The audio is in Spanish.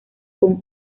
con